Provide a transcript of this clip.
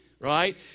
Right